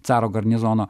caro garnizono